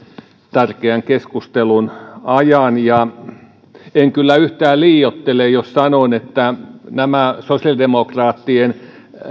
tärkeän keskustelun ajan ja en kyllä yhtään liioittele jos sanon että tämä sosiaalidemokraattien